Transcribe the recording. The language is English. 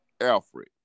Alfred